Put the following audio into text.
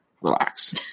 relax